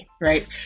right